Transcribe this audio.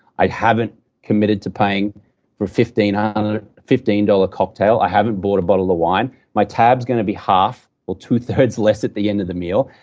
i haven't committed to paying for ah a fifteen dollars cocktail, i haven't bought a bottle of wine, my tab is going to be half or two-thirds less at the end of the meal,